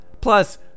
Plus